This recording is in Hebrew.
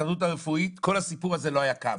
בהסתדרות הרפואית, כל הסיפור הזה לא היה קם.